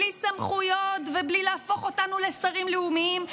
בלי סמכויות ובלי להפוך אותנו לשרים לאומיים,